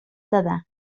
دادم